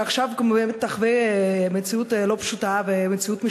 שעכשיו תחווה מציאות לא פשוטה ומציאות משתנה,